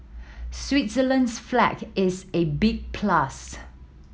Switzerland's flag is a big plus